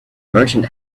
merchant